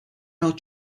male